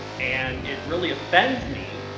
and it really offends me,